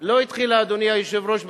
אדוני היושב-ראש,